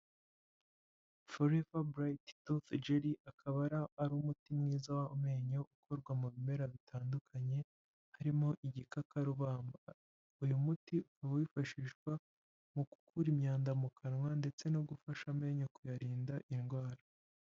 Foreva burayiti tufujeri akaba ari umuti mwiza w'amenyo, ukorwa mu bimera bitandukanye harimo igikakarubamba, uyu muti ukaba wifashishwa mu gukura imyanda mu kanwa ndetse no gufasha amenyo kuyarinda indwara.